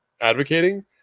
advocating